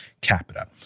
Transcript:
capita